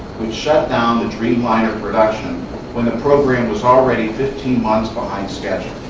which shut down the dreamliner production when the program was already fifteen months behind schedule.